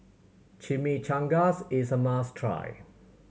chimichangas is a must try